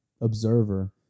observer